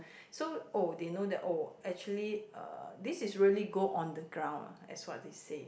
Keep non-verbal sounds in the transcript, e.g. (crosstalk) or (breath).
(breath) so oh they know that oh actually uh this is really go on the ground ah as what they say